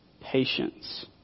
patience